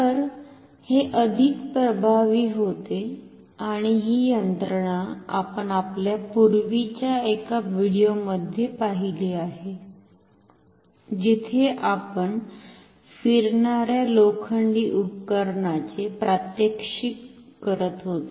तर हे अधिक प्रभावी होते आणि ही यंत्रणा आपण आपल्या पूर्वीच्या एका व्हिडिओमध्ये पाहिली आहे जिथे आपण फिरणार्या लोखंडी उपकरणाचे प्रात्यक्शिक करीत होतो